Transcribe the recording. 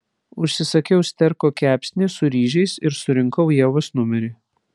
užsisakiau sterko kepsnį su ryžiais ir surinkau ievos numerį